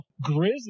grizzly